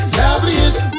loveliest